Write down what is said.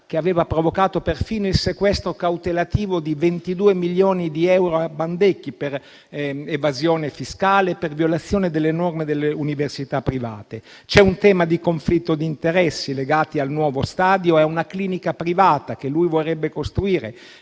che aveva provocato perfino il sequestro cautelativo di 22 milioni di euro a Bandecchi per evasione fiscale e per violazione delle norme delle università private. C'è un tema di conflitto di interessi legato al nuovo stadio e a una clinica privata che lui vorrebbe costruire;